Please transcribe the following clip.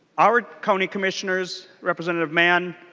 our county commissioners representative mann